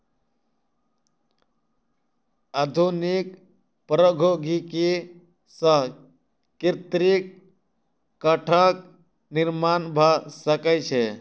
आधुनिक प्रौद्योगिकी सॅ कृत्रिम काठक निर्माण भ सकै छै